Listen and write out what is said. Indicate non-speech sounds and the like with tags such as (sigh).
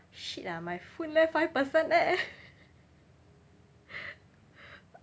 shit ah my phone left five percent eh (laughs)